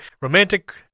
romantic